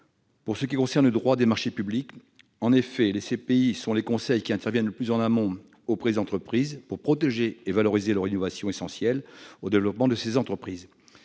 Pour ce qui concerne le droit des marchés publics, en effet, les CPI sont les conseils qui interviennent le plus en amont auprès des entreprises pour protéger et valoriser leurs innovations, essentielles à leur développement. Si l'on en restait